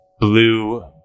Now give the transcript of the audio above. blue